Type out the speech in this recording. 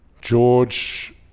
George